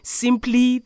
simply